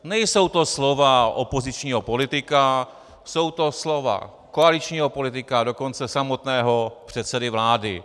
Nejsou to slova opozičního politika, jsou to slova koaličního politika, a dokonce samotného předsedy vlády.